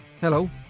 Hello